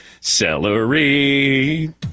celery